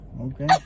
Okay